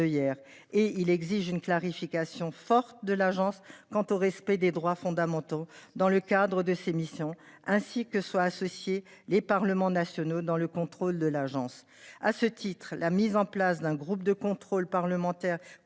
et il exige une clarification forte de l'agence quant au respect des droits fondamentaux dans le cadre de ses missions ainsi que soit associé les parlements nationaux dans le contrôle de l'agence. À ce titre, la mise en place d'un groupe de contrôle parlementaire